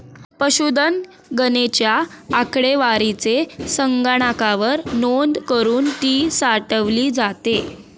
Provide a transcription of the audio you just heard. पशुधन गणनेच्या आकडेवारीची संगणकावर नोंद करुन ती साठवली जाते